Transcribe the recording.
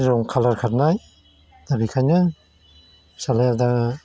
रं खालार खारनाय दा बिखाइनो फिसालाया दा